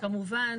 וכמובן